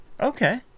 Okay